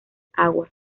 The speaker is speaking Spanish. agua